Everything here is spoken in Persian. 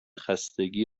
خستگی